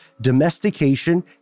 domestication